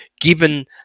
given